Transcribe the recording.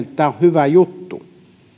että tämä on hyvä juttu